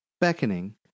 beckoning